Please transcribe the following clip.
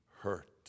hurt